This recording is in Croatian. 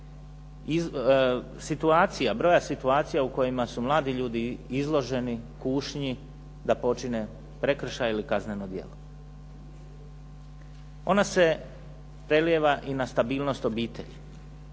situacija, broja situacija kojima su mladi ljudi izloženi kušnji da počine prekršajno ili kazneno djelo. Ona se prelijeva i na stabilnost obitelji.